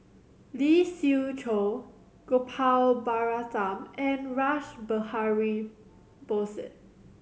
Lee Siew Choh Gopal Baratham and Rash Behari Bose